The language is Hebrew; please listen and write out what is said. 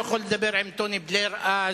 הוא יכול לדבר עם טוני בלייר אז,